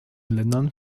ländern